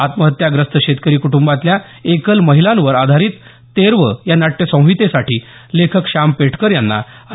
आत्महत्याग्रस्त शेतकरी कुटुंबातल्या एकल महिलावर आधारित तेरवं या नाट्यसंहितेसाठी लेखक श्याम पेठकर यांना रा